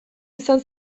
izan